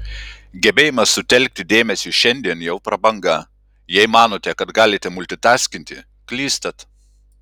gebėjimas sutelkti dėmesį šiandien jau prabanga jei manote kad galite multitaskinti klystat